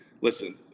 listen